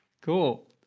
Cool